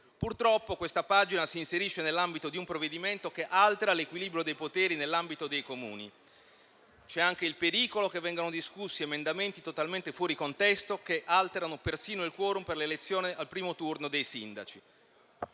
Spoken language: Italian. Purtroppo, questa pagina si inserisce all'interno di un provvedimento che altera l'equilibrio dei poteri nell'ambito dei Comuni. C'è anche il pericolo che vengano discussi emendamenti totalmente fuori contesto, che alterano persino il *quorum* per l'elezione al primo turno dei sindaci.